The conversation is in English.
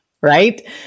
Right